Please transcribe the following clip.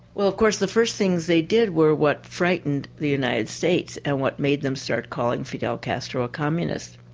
well of course the first things they did were what frightened the united states and what made them start calling fidel castro a communist.